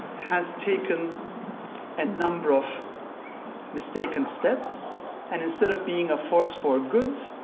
has taken a number of mistaken steps and instead of being a force for good,